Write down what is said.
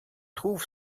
trouve